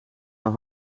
haar